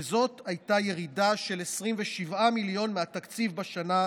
וזאת הייתה ירידה של 27 מיליון מהתקציב בשנה